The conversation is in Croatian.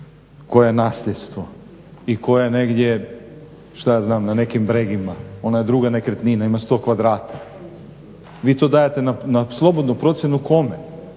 koja je nasljedstvo i koja je negdje što ja znam na nekim bregima. Ona je druga nekretnina i ima 100 kvadrata. Vi to dajete na slobodnu procjenu, kome?